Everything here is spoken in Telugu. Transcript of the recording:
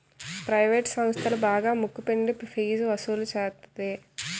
ప్రవేటు సంస్థలు బాగా ముక్కు పిండి ఫీజు వసులు సేత్తది